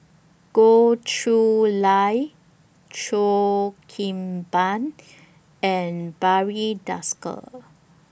Goh Chiew Lye Cheo Kim Ban and Barry Desker